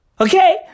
Okay